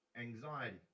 anxiety